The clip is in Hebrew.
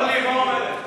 כספים, אורלי, מה אומרת?